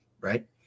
Right